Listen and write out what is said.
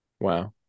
Wow